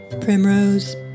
primrose